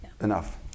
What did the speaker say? enough